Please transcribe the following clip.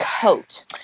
coat